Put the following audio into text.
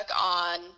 on